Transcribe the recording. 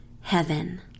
Heaven